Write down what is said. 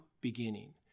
beginning